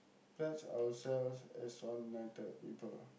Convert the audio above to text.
pledge ourselves as one united people